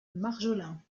marjolin